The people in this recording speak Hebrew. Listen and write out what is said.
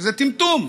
שזה טמטום.